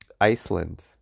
Iceland